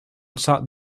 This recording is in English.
sat